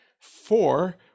Four